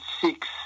Six